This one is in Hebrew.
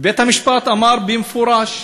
ובית-המשפט אמר במפורש: